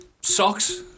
socks